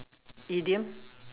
idiom